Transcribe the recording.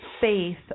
faith